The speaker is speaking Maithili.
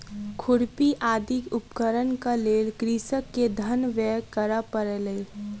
खुरपी आदि उपकरणक लेल कृषक के धन व्यय करअ पड़लै